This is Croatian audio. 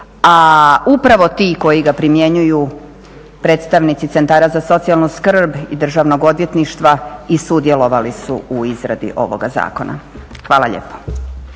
a upravo ti koji ga primjenjuju, predstavnici Centara za socijalnu skrb i Državnog odvjetništva i sudjelovali su u izradi ovoga zakona. Hvala lijepa.